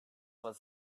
was